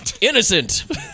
Innocent